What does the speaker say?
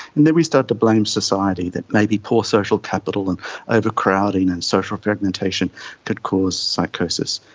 and then we started to blame society, that maybe poor social capital and overcrowding and social fragmentation could cause psychosis.